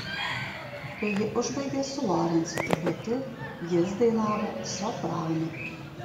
kai ji užbaigė su lorencu tibetu jis dainavo sopranu